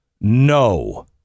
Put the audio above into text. No